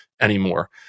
anymore